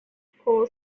paul